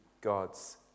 God's